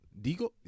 Digo